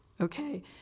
okay